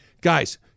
Guys